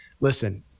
listen